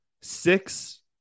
six